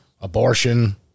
Abortion